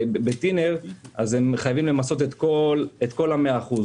בטינר, הם חייבים למסות את כל ה-100%.